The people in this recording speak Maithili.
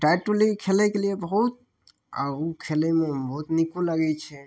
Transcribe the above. टायर टुल्ली खेलैके लिए बहुत आ उ खेलैमे बहुत नीको लागै छै